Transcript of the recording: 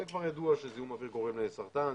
ידוע שזיהום אוויר גורם לסרטן,